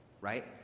right